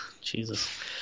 Jesus